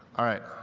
all right.